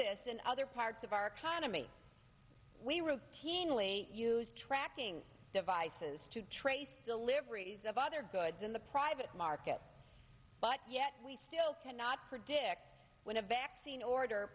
this in other parts of our economy we routinely use tracking devices to trace deliveries of other goods in the private market but yet we still cannot predict when a vaccine order